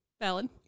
Valid